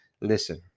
Listen